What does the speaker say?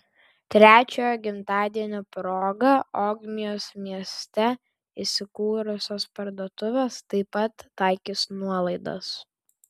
trečiojo gimtadienio proga ogmios mieste įsikūrusios parduotuvės taip pat taikys nuolaidas